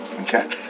Okay